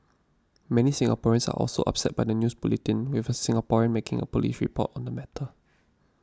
many Singaporeans are also upset by the news bulletin with a Singaporean making a police report on the matter